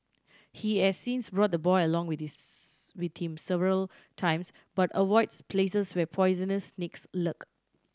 he has since brought the boy along with with him several times but avoids places where poisonous snakes lurk